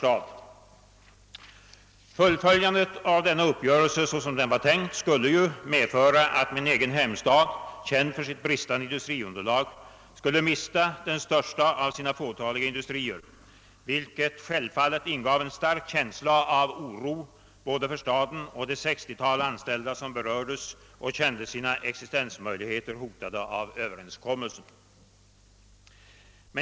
Fullföljandet av denna uppgörelse, såsom den var tänkt, skulle medföra att min hemstad, känd för sitt bristande industriunderlag, skulle mista den största av sina fåtaliga industrier, vilket självfallet ingav en stark känsla av oro såväl för staden som för det 60-tål anställda som berördes och kände sina existensmöjligheter hotade.